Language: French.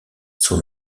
son